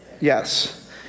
yes